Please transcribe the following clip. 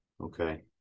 Okay